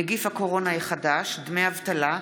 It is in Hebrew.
נגיף הקורונה החדש) (דמי אבטלה),